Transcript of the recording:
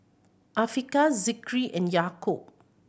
Afiqah Zikri and Yaakob